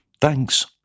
Thanks